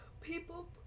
People